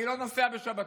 אני לא נוסע בשבתות,